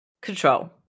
Control